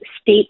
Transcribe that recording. state